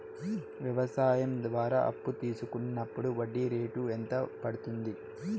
వ్యవసాయం ద్వారా అప్పు తీసుకున్నప్పుడు వడ్డీ రేటు ఎంత పడ్తుంది